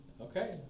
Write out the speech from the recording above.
Okay